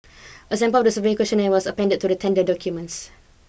a sample of the survey questionnaire was appended to the tender documents